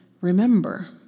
remember